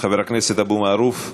חבר הכנסת אבו מערוף,